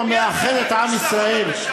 חבר הכנסת יואל חסון.